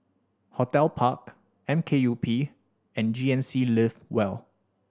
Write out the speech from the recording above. Hotel Park M K U P and G N C Live well